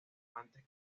puentes